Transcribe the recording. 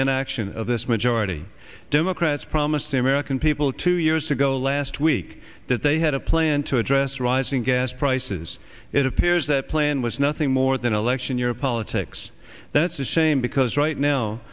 inaction of this majority democrats promised the american people two years ago last week that they had a plan to address rising gas prices it appears that plan was nothing more than election year politics that's a shame because right now